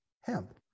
hemp